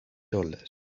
dollars